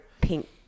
pink